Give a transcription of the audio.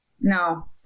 No